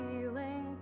feeling